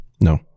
No